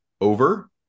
over